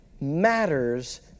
matters